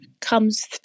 comes